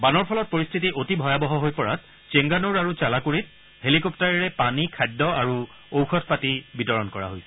বানৰ ফলত পৰিস্থিতি অতি ভয়াবহ হৈ পৰাত চেংগানুৰ আৰু চালাকুড়িত হেলিকপ্তাৰেৰে পানী খাদ্য আৰু ঔযধ পাতি বিতৰণ কৰা হৈছে